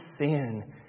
sin